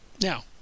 Now